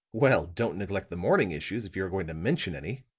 well, don't neglect the morning issues, if you are going to mention any.